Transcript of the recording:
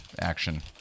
action